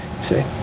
see